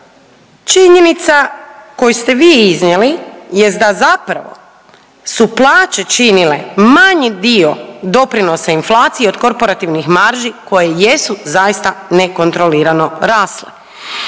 činjenica koju ste vi iznijeli jest da zapravo su plaće činile manji dio doprinosa inflaciji od korporativnih marži koje jesu zaista nekontrolirano rasle.